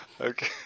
Okay